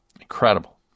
Incredible